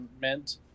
meant